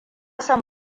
son